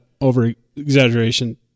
over-exaggeration